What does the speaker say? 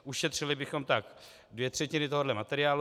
Ušetřili bychom tak dvě třetiny tohoto materiálu.